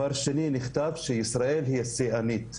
שנית, נכתב שישראל היא השיאנית בניתוחים.